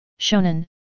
Shonen